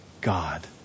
God